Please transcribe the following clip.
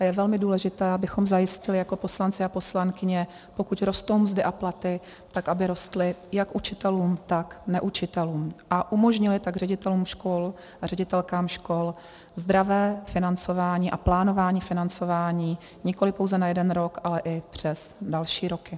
A je velmi důležité, abychom zajistili jako poslanci a poslankyně, pokud rostou mzdy a platy, tak aby rostly jak učitelům, tak neučitelům, a umožnili tak ředitelům škol a ředitelkám škol zdravé financování a plánování financování nikoliv pouze na jeden rok, ale i přes další roky.